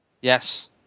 Yes